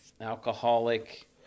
Alcoholic